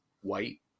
white